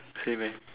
same